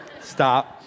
stop